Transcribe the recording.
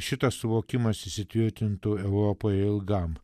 šitas suvokimas įsitvirtintų europoje ilgam